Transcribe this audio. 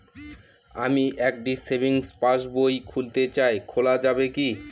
আমি একটি সেভিংস পাসবই খুলতে চাই খোলা যাবে কি?